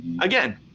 again